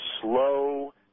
slow